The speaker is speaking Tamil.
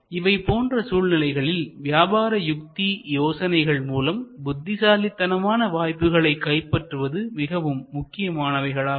இவை போன்ற சூழ்நிலைகளில் வியாபார யுத்தி யோசனைகள் மூலம் புத்திசாலித்தனமான வாய்ப்புகளை கைப்பற்றுவது மிக முக்கியமானவைகளாகும்